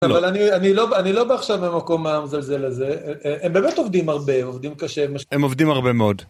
אבל אני אני לא אני לא בעכשיו במקום המזלזל הזה, הם באמת עובדים הרבה, הם עובדים קשה. הם עובדים הרבה מאוד.